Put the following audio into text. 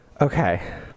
okay